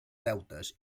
deutes